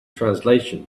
translation